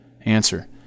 Answer